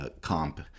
comp